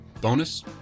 Bonus